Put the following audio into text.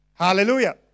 Hallelujah